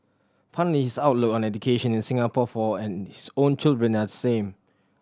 funnily his outlook on education in Singapore for and his own children are the same